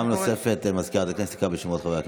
סגנית מזכיר הכנסת תקרא בשמות חברי הכנסת.